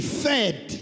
fed